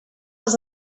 els